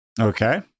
Okay